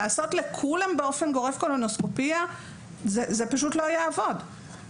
כי לעשות לכולם באופן גורף קולונוסקופיה זה פשוט לא יעבוד.